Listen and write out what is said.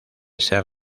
ser